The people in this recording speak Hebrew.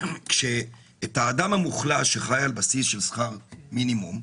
את האדם המוחלש שחי על בסיס שכר מינימום,